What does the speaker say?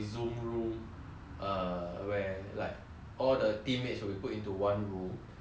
all the team mates will be put into one room then uh at the same time 他们也是会 err